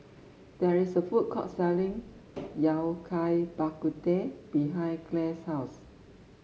there is a food court selling Yao Cai Bak Kut Teh behind Clay's house